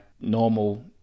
normal